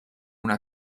una